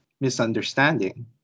misunderstanding